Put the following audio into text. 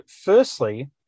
firstly